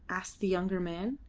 asked the younger man.